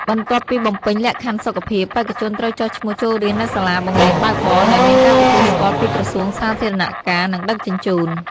បន្ទាប់ពីបំពេញលក្ខខណ្ឌសុខភាព បេក្ខជនត្រូវចុះឈ្មោះចូលរៀននៅសាលាបង្រៀនបើកបរដែលមានការទទួលស្គាល់ពីក្រសួងសាធារណការ និងដឹកជញ្ជូន។